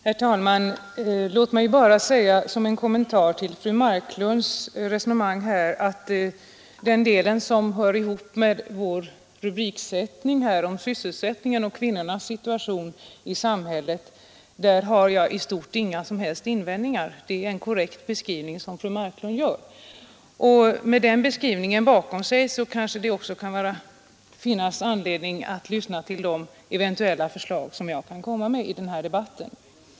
Herr talman! Låt mig bara som en kommentar till fru Marklunds resonemang säga att jag beträffande den del som hör ihop med vår rubriksättning här om ”sysselsättningen” och kvinnornas situation i samhället inte har några invändningar; det är en i stora drag korrekt beskrivning som fru Marklund gjort. Med den beskrivningen bakom oss kanske det också kan finnas anledning att lyssna till de synpunkter som jag vill tillföra den här debatten.